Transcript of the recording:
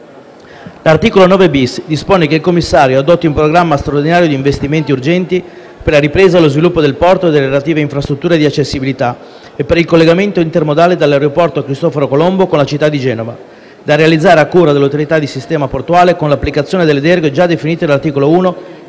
L’articolo 9-bis dispone che il commissario adotti un programma straordinario di investimenti urgenti per la ripresa e lo sviluppo del porto e delle relative infrastrutture di accessibilità e per il collegamento intermodale dell’aeroporto Cristoforo Colombo con la città di Genova, da realizzare a cura dell’Autorità di sistema portuale con l’applicazione delle deroghe già definite dall’articolo 1 del decreto-legge in esame.